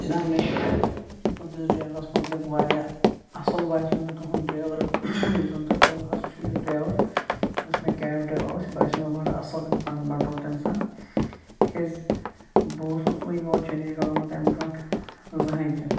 جِناب مےٚ چھُ تُہنٛدِس ڈرٛیورَس متعلق واریاہ اَصٕل باسیو مےٚ تُہُنٛد ڈرٛیوَر یُس زَن تۄہہِ اوٚن حظ چھُ یہِ ڈرٛیوَر یُس مےٚ کیب ڈرٛیوَر اوس یہِ باسیو مےٚ بَڑٕ اَصٕل اِنسان بَڑٕ رُت اِنسان تِکیٛازِ بہٕ اوسُس یور چندی گڑھ آمُت اَمہِ بروںٛٹھ زٕہٕنۍ تہِ